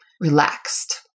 relaxed